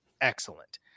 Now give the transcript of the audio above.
excellent